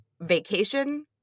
vacation